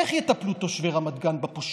איך יטפלו תושבי רמת גן בפושעים?